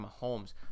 Mahomes